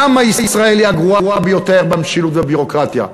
למה ישראל היא הגרועה ביותר במשילות ובביורוקרטיה?